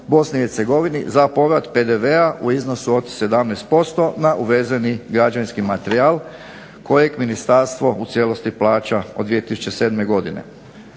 za povrat PDV-a u iznosu od 17% na uvezeni građevinski materijal kojeg ministarstvo u cijelosti plaća od 2007. godine.